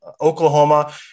Oklahoma